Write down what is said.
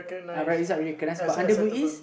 recognise but under MUIS